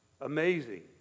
Amazing